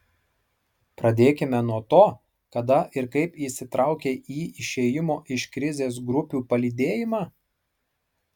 pradėkime nuo to kada ir kaip įsitraukei į išėjimo iš krizės grupių palydėjimą